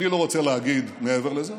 אני לא רוצה להגיד מעבר לזה,